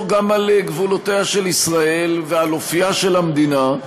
גם על גבולותיה של ישראל ועל אופייה של המדינה,